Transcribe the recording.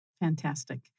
Fantastic